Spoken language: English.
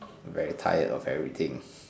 very tired of everything